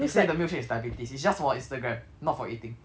he say the milkshake is diabetes is just for instagram not for eating